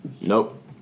Nope